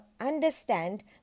understand